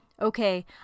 okay